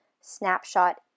snapshot